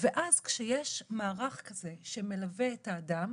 אז כשיש מערך כזה שמלווה את האדם,